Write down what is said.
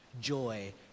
joy